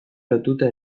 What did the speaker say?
lotuta